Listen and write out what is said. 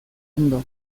ondo